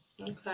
Okay